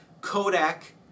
Kodak